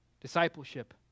Discipleship